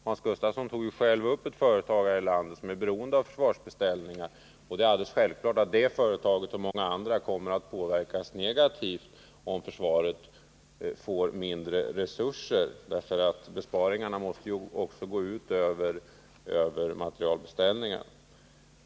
Hans Gustafsson tog ju själv upp ett företag här i landet som är beroende av försvarsbeställningar, och det är alldeles självklart att det företaget och många andra kommer att påverkas negativt, om försvaret får mindre resurser, därför att besparingarna måste ju också gå ut över materielbeställningarna.